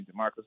DeMarcus